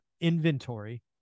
inventory